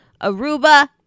Aruba